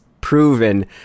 proven